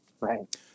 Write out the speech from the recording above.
right